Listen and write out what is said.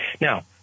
Now